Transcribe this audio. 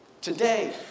today